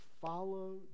follow